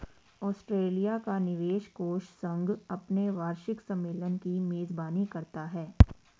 Australia का निवेश कोष संघ अपने वार्षिक सम्मेलन की मेजबानी करता है